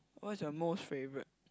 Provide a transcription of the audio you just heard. what is your most favourite